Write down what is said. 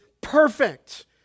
perfect